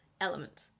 element